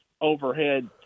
overhead